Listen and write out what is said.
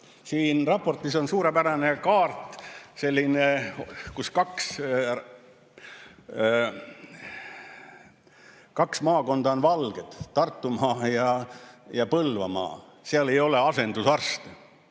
Siin raportis on suurepärane kaart, selline, kus kaks maakonda on valged, Tartumaa ja Põlvamaa, seal ei ole asendusarste